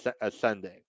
ascending